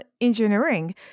engineering